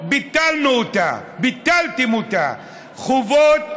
ביטלנו את רשות השידור, ביטלתם אותה.